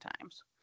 times